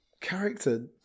Character